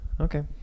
Okay